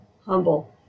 humble